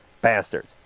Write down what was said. Bastards